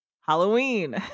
Halloween